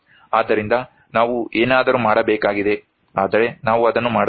ಆದ್ದರಿಂದ ನಾವು ಏನಾದರೂ ಮಾಡಬೇಕಾಗಿದೆ ಆದರೆ ನಾವು ಅದನ್ನು ಮಾಡುತ್ತಿಲ್ಲ